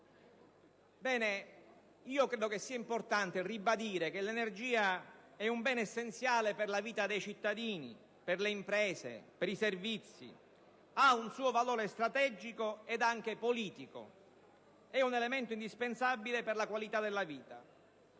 credo sia importante ribadire che l'energia è un bene essenziale per la vita dei cittadini, per le imprese e per i servizi, ha un suo valore strategico ed anche politico, è un elemento indispensabile per la qualità della vita.